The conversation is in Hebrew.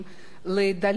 לדלית,